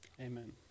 Amen